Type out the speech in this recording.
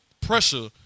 pressure